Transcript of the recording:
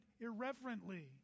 irreverently